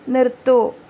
നിർത്തൂ